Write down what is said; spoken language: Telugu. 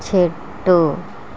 చెట్టు